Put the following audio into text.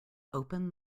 open